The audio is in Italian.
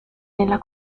nella